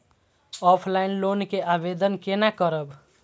Offline loan के आवेदन केना करब?